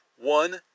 one